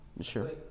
Sure